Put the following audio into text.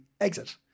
exit